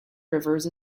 rivers